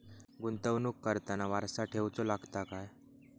गुंतवणूक करताना वारसा ठेवचो लागता काय?